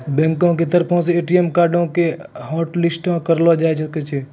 बैंको के तरफो से ए.टी.एम कार्डो के हाटलिस्टो करलो जाय सकै छै